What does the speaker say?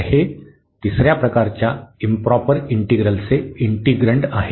तर हे तिसर्या प्रकारच्या इंप्रॉपर इंटिग्रलचे इन्टीग्रन्ड आहे